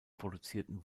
produzierten